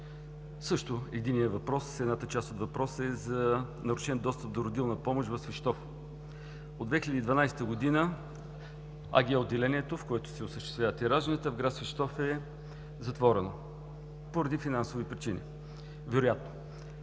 Единият въпрос, едната част от въпроса е за нарушен достъп до родилна помощ в Свищов. От 2012 г. АГ-отделението, в което се осъществяват ражданията в град Свищов, е затворено поради финансови причини вероятно.